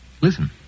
Listen